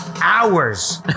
hours